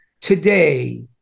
today